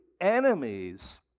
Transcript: enemies